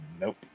Nope